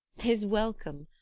tis welcome